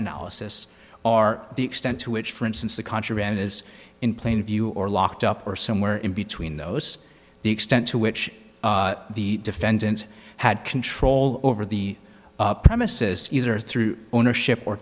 analysis are the extent to which for instance the contraband is in plain view or locked up or somewhere in between those the extent to which the defendant had control over the premises either through ownership or